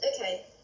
okay